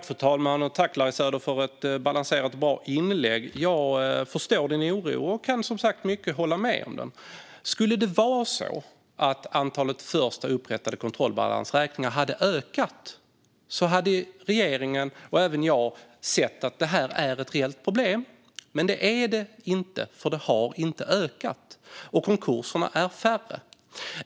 Fru talman! Jag tackar Larry Söder för ett balanserat och bra inlägg. Jag förstår Larry Söders oro och kan i mycket hålla med om den. Om det hade varit så att antalet först upprättade kontrollbalansräkningar hade ökat hade regeringen och jag sett att det är ett reellt problem, men det är det inte eftersom de inte har ökat. Konkurserna är färre.